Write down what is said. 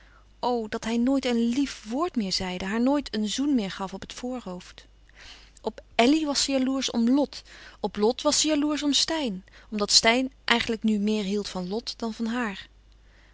dat hij nooit een lief woord meer zeide haar nooit een zoen meer gaf op het voorhoofd op elly was ze jaloersch om lot op lot was ze jaloersch om steyn omdat steyn eigenlijk nu meer hield van lot dan van haar